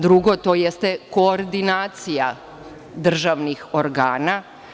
Drugo, to jeste koordinacija državnih organa.